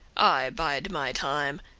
i bide my time,